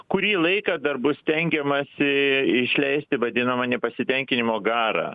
kurį laiką dar bus stengiamasi išleisti vadinamą nepasitenkinimo garą